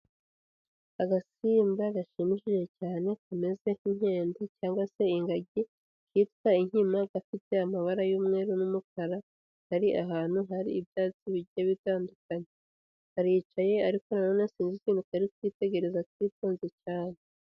Agasimba gashimishije cyane kameze nk'inkende cyangwa se ingagi kitwa inkima, gafite amabara y'umweru n'umukara, kari ahantu hari ibyatsi bigiye bitandukanye, karicaye ariko nanone sinzi ikintu kari kwitegereza kitonze cyane.